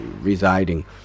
residing